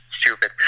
stupid